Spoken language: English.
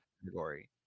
category